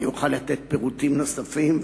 אני אוכל לתת פירוטים נוספים,